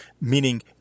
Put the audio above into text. Meaning